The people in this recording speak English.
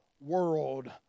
world